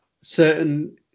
certain